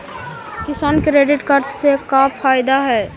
किसान credit card से का फायदा है?